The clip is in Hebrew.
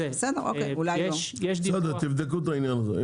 בסדר, תבדקו את העניין הזה.